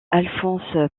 alphonse